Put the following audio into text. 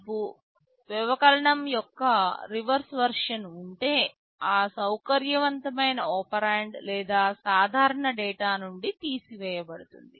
మీకు వ్యవకలనం యొక్క రివర్స్ వెర్షన్ ఉంటే ఆ సౌకర్యవంతమైన ఒపెరాండ్ లేదా సాధారణ డేటా నుండి తీసివేయబడుతుంది